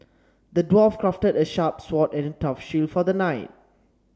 the dwarf crafted a sharp sword and a tough shield for the knight